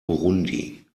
burundi